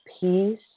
peace